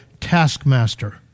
taskmaster